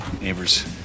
neighbors